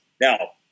Now